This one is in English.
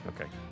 Okay